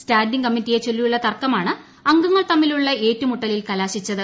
standing കമ്മിറ്റിയെചൊല്ലിയുള്ള തർക്കമാണ് അംഗങ്ങൾ തമ്മിലുള്ള ഏറ്റുമുട്ടലിൽ കലാശിച്ചത്